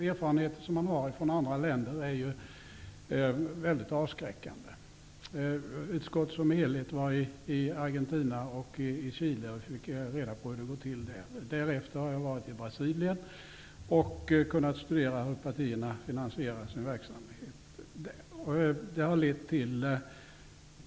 Erfarenheten från andra länder är mycket avskräckande. Utskottet som helhet var i Argentina och Chile och fick reda på hur det går till där. Därefter har jag varit i Brasilien och kunnat studera hur partierna finansierar sin verksamhet där.